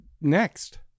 Next